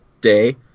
day